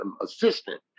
assistant